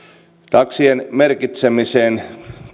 taksien merkitsemiseen